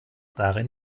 darin